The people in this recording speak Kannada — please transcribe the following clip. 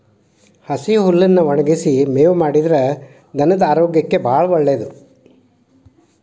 ಹಸಿ ಹುಲ್ಲನ್ನಾ ಒಣಗಿಸಿ ಮೇವು ಮಾಡಿದ್ರ ಧನದ ಆರೋಗ್ಯಕ್ಕೆ ಬಾಳ ಒಳ್ಳೇದ